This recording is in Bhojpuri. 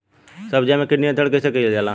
सब्जियों से कीट नियंत्रण कइसे कियल जा?